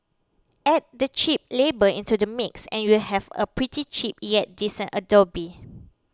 add the cheap labour into the mix and you'd have a pretty cheap yet decent abode